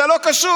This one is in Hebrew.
זה לא קשור.